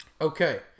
Okay